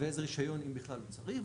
ואיזה רישיון, אם בכלל, הוא צריך?